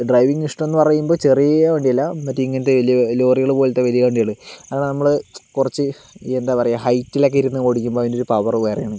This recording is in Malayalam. ഡ്രൈവിംഗ് ഇഷ്ടം എന്നു പറയുമ്പോൾ ചെറിയ വണ്ടിയല്ല മറ്റേ ഇങ്ങനത്തെ വലിയ ലോറികള് പോലത്തെ വലിയ വണ്ടികൾ അതു നമ്മൾ കുറച്ച് എന്താ പറയുക ഹൈറ്റിലൊക്കെ ഇരുന്ന് ഓടിക്കുമ്പോൾ അതിന്റെ ഒരു പവര് വേറെയാണ്